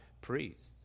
priests